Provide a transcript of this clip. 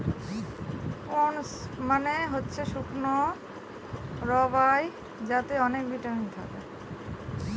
prunes মানে হচ্ছে শুকনো বরাই যাতে অনেক ভিটামিন থাকে